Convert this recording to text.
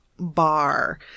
Bar